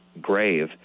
grave